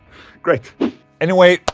great anyway,